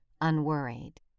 unworried